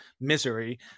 misery